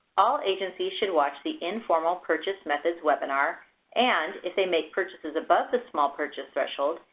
all agencies should watch the informal purchase methods webinar and, if they make purchases above the small purchase threshold,